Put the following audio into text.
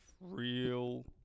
real